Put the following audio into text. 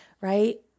right